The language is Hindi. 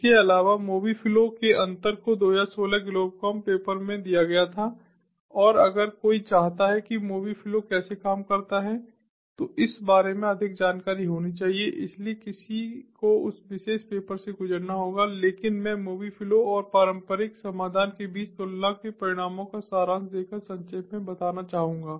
इसके अलावा मोबी फ्लो के अंतर को 2016 ग्लोबकाम पेपर में दिया गया था और अगर कोई चाहता है कि मोबी फ्लो कैसे काम करता है तो इस बारे में अधिक जानकारी होनी चाहिए इसलिए किसी को उस विशेष पेपर से गुजरना होगा लेकिन मैं मोबी फ्लो और पारंपरिक समाधान के बीच तुलना के परिणामों का सारांश देकर संक्षेप में बताना चाहूंगा